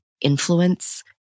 influence